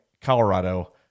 Colorado